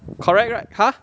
correct right !huh!